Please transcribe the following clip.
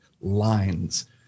lines